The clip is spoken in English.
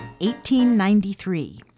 1893